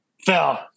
Phil